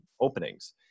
openings